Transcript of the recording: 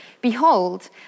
Behold